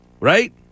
Right